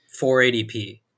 480p